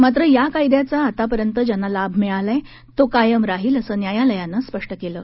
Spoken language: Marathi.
मात्र या कायद्याचा आतापर्यंत ज्यांना लाभ मिळाला आहे तो कायम राहील असं न्यायालयानं स्पष्ट केलं आहे